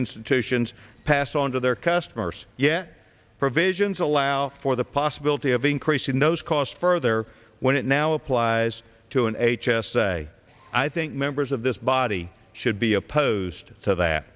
institutions passed on to their customers yet provisions allow for the possibility of increasing those costs further when it now applies to an h s a i think members of this body should be opposed to that